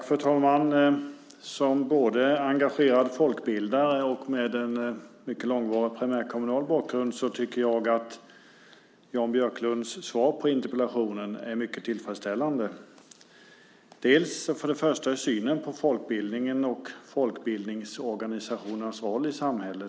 Fru talman! Som engagerad folkbildare och med en långvarig kommunal bakgrund tycker jag att Jan Björklunds svar på interpellationen är mycket tillfredsställande. För det första gäller det synen på folkbildningen och folkbildningsorganisationernas roll i samhället.